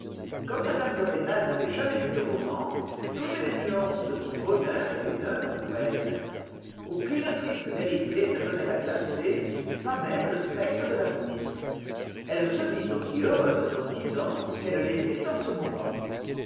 comme mme de rênal n'avait jamais lu de romans toutes les nuances de son bonheur étaient neuves pour elle aucune triste vérité ne venait la glacer pas même le spectre de l'avenir elle se vit aussi heureuse dans dix ans qu'elle l'était en ce moment